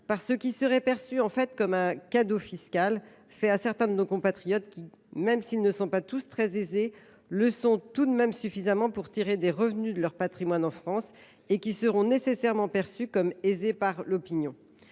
par ce qui serait perçu comme un cadeau fiscal fait à certains de nos compatriotes qui, même s’ils ne sont pas tous très aisés, le sont tout de même suffisamment pour tirer des revenus de leur patrimoine en France, et qui seront nécessairement perçus comme étant aisés par l’opinion